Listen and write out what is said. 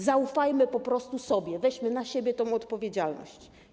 Zaufajmy po prostu sobie, weźmy na siebie tę odpowiedzialność.